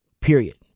period